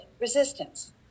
Resistance